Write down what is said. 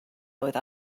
oedd